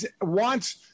wants